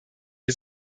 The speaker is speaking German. wir